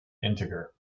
integer